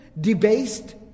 debased